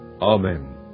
Amen